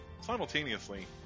simultaneously